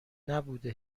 نبوده